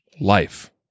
life